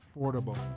affordable